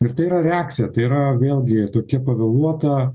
ir tai yra reakcija tai yra vėlgi tokia pavėluota